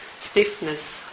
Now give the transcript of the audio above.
stiffness